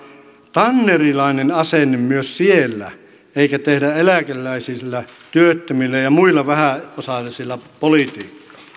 tannerilainen asenne myös siellä eikä tehdä eläkeläisillä työttömillä ja ja muilla vähäosaisilla politiikkaa